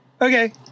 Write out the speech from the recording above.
okay